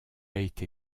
été